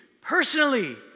personally